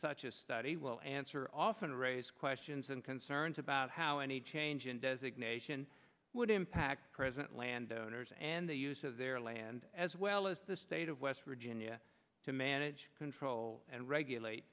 such a study will answer often raise questions and concerns about how any change in designation would impact president landowners and the use of their land as well as the state of west virginia to manage control and regulate